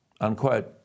unquote